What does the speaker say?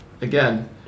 again